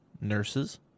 nurses